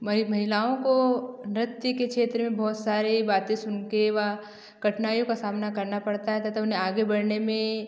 वहीं महिलाओं को नृत्य के क्षेत्र में बहुत सारी बातें सुन के वह कठिनाइयों का सामना करना पड़ता है तथा उन्हें आगे बढ़ने में